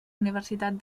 universitat